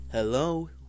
Hello